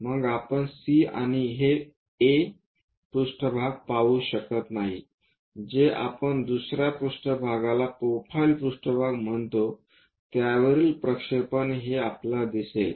मग आपण C आणि A पृष्ठभाग पाहू शकत नाही जे आपण दुसर्या पृष्ठभागाला प्रोफाईल पृष्ठभाग म्हणतो त्यावरील प्रक्षेपण हे आपल्याला दिसेल